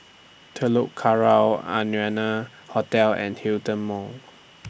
Telok Kurau Arianna Hotel and Hillion Mall